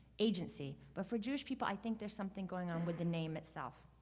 agency. but for jewish people, i think there's something going on with the name itself.